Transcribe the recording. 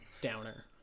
downer